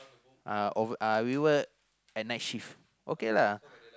uh over uh we work at night shift okay lah